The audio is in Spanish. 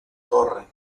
torre